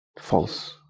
false